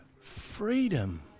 freedom